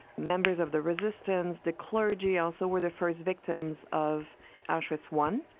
members of the resistance, the clergy also were the first victims of auschwitz one,